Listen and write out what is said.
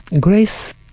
Grace